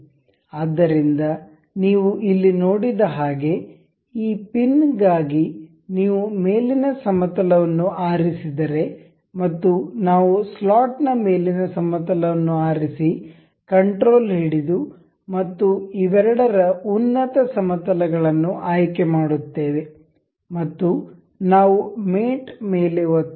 ಆದ್ದರಿಂದ ನೀವು ಇಲ್ಲಿ ನೋಡಿದಹಾಗೆ ಈ ಪಿನ್ಗಾಗಿ ನೀವು ಮೇಲಿನ ಸಮತಲವನ್ನು ಆರಿಸಿದರೆ ಮತ್ತು ನಾವು ಸ್ಲಾಟ್ನ ಮೇಲಿನ ಸಮತಲವನ್ನು ಆರಿಸಿ ಕಂಟ್ರೋಲ್ ಹಿಡಿದು ಮತ್ತು ಇವೆರಡರ ಉನ್ನತ ಸಮತಲಗಳನ್ನು ಆಯ್ಕೆ ಮಾಡುತ್ತೇವೆ ಮತ್ತು ನಾವು ಮೇಟ್ ಮೇಲೆ ಒತ್ತಿ